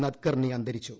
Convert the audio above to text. നദ്കർണി അന്തരിച്ചു